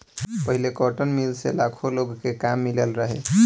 पहिले cotton mill से लाखो लोग के काम मिलल रहे